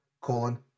colon